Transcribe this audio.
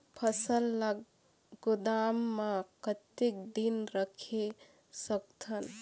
फसल ला गोदाम मां कतेक दिन रखे सकथन?